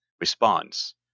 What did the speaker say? response